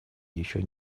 еще